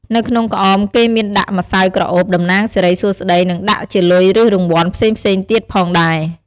នៅក្នុងក្អមគេមានដាក់ម្សៅក្រអូបតំណាងសេរីសួស្តី និងដាក់ជាលុយឬរង្វាន់ផ្សេងៗទៀតផងដែរ។